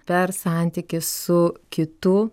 per santykį su kitu